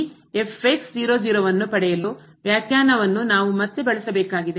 ಈ ನ್ನು ಪಡೆಯಲು ವ್ಯಾಖ್ಯಾನವನ್ನು ನಾವು ಮತ್ತೆ ಬಳಸಬೇಕಾಗಿದೆ